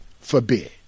forbid